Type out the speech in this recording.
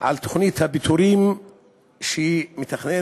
על תוכנית הפיטורים שההנהלה